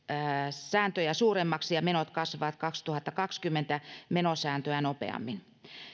sääntöjä suuremmaksi ja menot kasvavat kaksituhattakaksikymmentä menosääntöä nopeammin